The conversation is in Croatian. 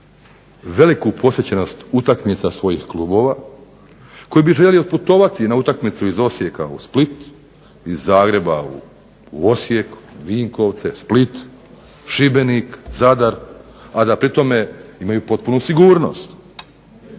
veliku posjećenost utakmica svojih klubova, koji bi željeli otputovati na utakmicu iz Osijeka u Split, iz Zagreba u Osijek, Vinkovce, Split, Šibenik, Zadar, a da pri tome imaju potpunu sigurnost.